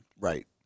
Right